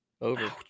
over